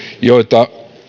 joita